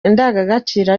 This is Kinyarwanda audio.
indangagaciro